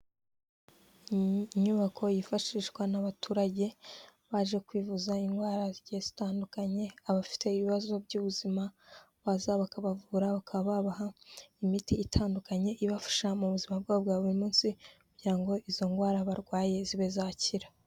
Inyubako yifashishwa n'abaturage baje kwivuza indwara zigiye zitandukanye abafite ibibazo by'ubuzima, baraza bakabavura bakabaha imiti itandukanye ibafasha mu buzima bwa bwa buri munsi, kugira ngo izo ndwara barwaye zibe zakira.